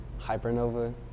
Hypernova